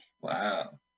Wow